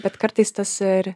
bet kartais tas ir